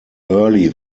early